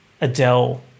Adele